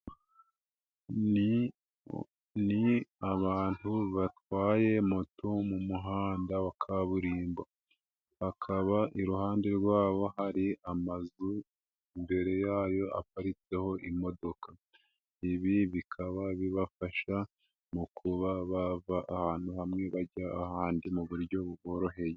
Ni abantu batwaye moto mu muhanda wa kaburimbo, bakaba iruhande rwabo hari amazu, mbere yayo haparitseho imodoka. Ibi bikaba bibafasha mu kubava ahantu hamwe bajya ahandi mu buryo bworoheye.